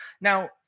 now